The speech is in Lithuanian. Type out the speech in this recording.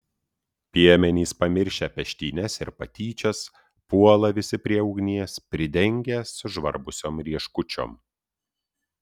piemenys pamiršę peštynes ir patyčias puola visi prie ugnies pridengia sužvarbusiom rieškučiom